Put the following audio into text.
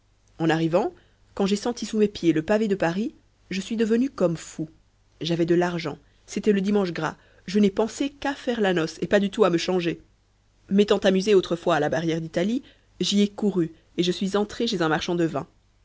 en arrivant quand j'ai senti sous mes pieds le pavé de paris je suis devenu comme fou j'avais de l'argent c'était le dimanche gras je n'ai pensé qu'à faire la noce et pas du tout à me changer m'étant amusé autrefois à la barrière d'italie j'y ai couru et je suis entré chez un marchand de vins